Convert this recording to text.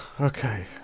okay